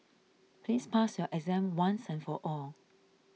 please pass your exam once and for all